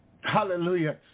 Hallelujah